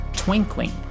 twinkling